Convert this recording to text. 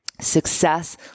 Success